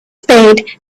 spade